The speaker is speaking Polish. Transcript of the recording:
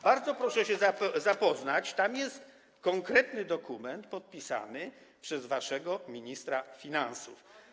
Bardzo proszę się z nim zapoznać, tam jest mowa o konkretnym dokumencie podpisanym przez waszego ministra finansów.